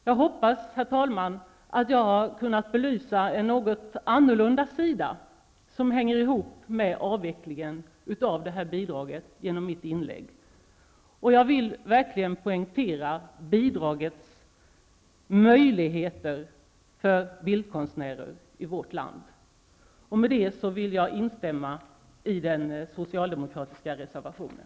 Jag hoppas, herr talman, att jag genom mitt inlägg kunnat belysa en något annorlunda sida som hänger ihop med avvecklingen av det aktuella bidraget, och jag vill verkligen poängtera bidragets betydelse för bildkonstnärer i vårt land. Med detta ansluter jag mig till den socialdemokratiska reservationen.